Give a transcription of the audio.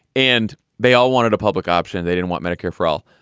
and they all wanted a public option. they didn't want medicare for all,